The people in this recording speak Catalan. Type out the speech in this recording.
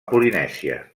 polinèsia